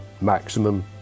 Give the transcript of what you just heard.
maximum